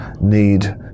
need